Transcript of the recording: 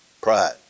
Pride